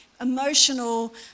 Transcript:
emotional